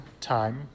time